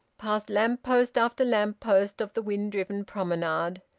past lamp-post after lamp-post of the wind-driven promenade,